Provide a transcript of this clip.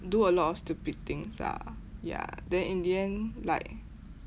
do a lot of stupid things lah ya then in the end like